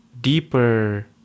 deeper